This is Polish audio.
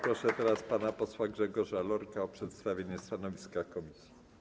Proszę teraz pana posła Grzegorza Lorka o przedstawienie stanowiska komisji.